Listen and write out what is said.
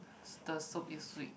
the soup is sweet